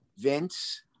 Vince